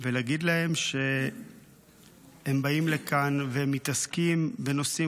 ולהגיד להם שהם באים לכאן ומתעסקים בנושאים